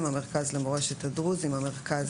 "הגנז",